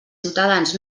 ciutadans